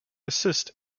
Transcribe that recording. assist